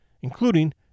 including